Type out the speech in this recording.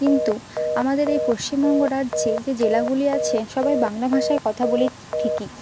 কিন্তু আমাদের এই পশ্চিমবঙ্গ রাজ্যে যে জেলাগুলি আছে সবাই বাংলা ভাষায় কথা বলি ঠিকই